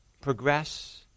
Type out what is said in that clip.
progress